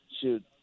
shoot